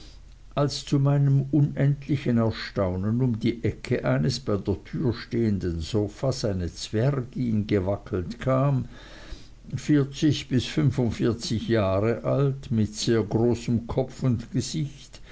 als zu meinem unendlichen erstaunen um die ecke eines bei der tür stehenden sofas eine zwergin gewackelt kam vierzig bis fünfundvierzig jahre alt mit sehr großem kopf und gesicht